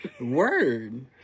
Word